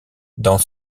dans